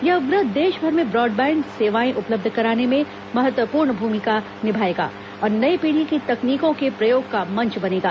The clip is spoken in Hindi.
यह उपग्रह देशभर में ब्रॉडबैंड सेवाएं उपलब्ध कराने में महत्वपूर्ण भूमिका निभाएगा और नई पीढ़ी की तकनीको के प्रयोग का मंच बनेगा